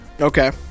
Okay